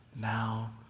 now